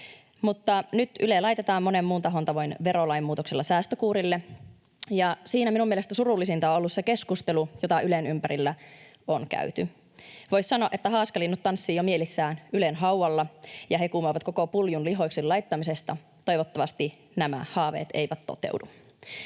mutta nyt kun Yle laitetaan monen muun tahon tavoin verolain muutoksella säästökuurille, siinä minun mielestäni surullisinta on ollut se keskustelu, jota Ylen ympärillä on käyty. Voisi sanoa, että haaskalinnut tanssivat jo mielissään Ylen haudalla ja hekumoivat koko puljun lihoiksi laittamisesta. Toivottavasti nämä haaveet eivät toteudu.